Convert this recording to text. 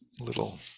little